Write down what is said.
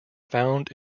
found